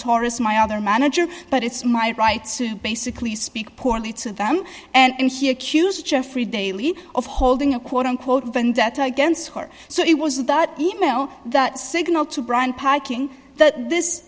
taurus my other manager but it's my right to basically speak poorly to them and she accused jeffrey daley of holding a quote unquote vendetta against her so it was that e mail that signaled to brand piking that this